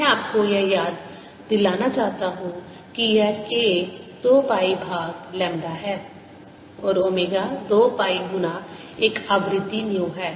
मैं आपको यह याद दिलाना चाहता हूं कि यह k 2 पाई भाग लैम्ब्डा है और ओमेगा 2 पाई गुना एक आवृत्ति न्यू है